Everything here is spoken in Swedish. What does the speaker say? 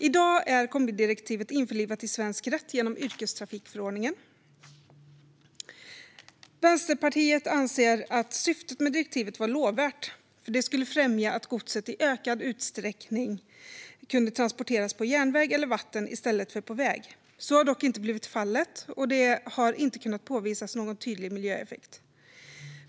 I dag är kombidirektivet införlivat i svensk rätt genom yrkestrafikförordningen. Vänsterpartiet anser att syftet med direktivet var lovvärt eftersom det skulle främja att godset i ökad utsträckning kunde transporteras på järnväg eller vatten i stället för på väg. Så har dock inte blivit fallet, och det har inte kunnat påvisas någon tydlig miljöeffekt.